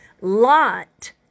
Lot